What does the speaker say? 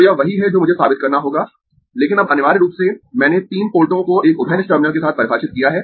तो यह वही है जो मुझे साबित करना होगा लेकिन अब अनिवार्य रूप से मैंने तीन पोर्टों को एक उभयनिष्ठ टर्मिनल के साथ परिभाषित किया है